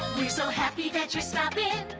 we're so happy that you stopped in at